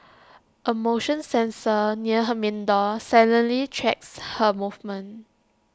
A motion sensor near her main door silently tracks her movements